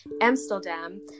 amsterdam